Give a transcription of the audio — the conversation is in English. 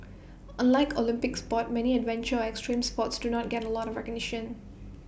unlike Olympic sports many adventure or extreme sports do not get A lot of